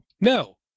No